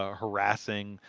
ah harassing.